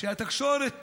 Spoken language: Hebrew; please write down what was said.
כשהתקשורת